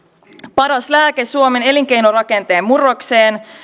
paras lääke suomen elinkeinorakenteen murrokseen